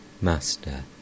Master